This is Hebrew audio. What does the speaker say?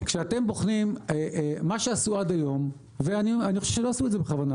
מה שעשו עד היום ואני חושב שלא עשו את זה בכוונה,